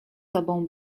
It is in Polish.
sobą